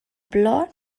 plor